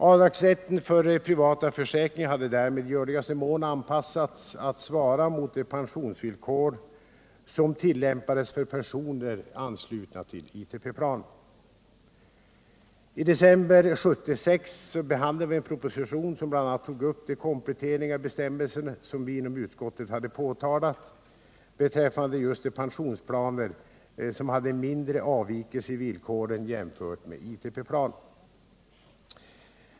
Avdragsrätten för privata försäkringar hade därmed i görligaste mån anpassats att svara mot de pensionsvillkor som tillämpades för personer anslutna bl.a. till ITP-planen. I december 1976 behandlade vi en proposition som bl.a. tog upp de kompletteringar i bestämmelserna som vi inom utskottet hade aktualiserat beträffande pensionsplaner med mindre avvikelser i villkoren jämfört med ITP-planen.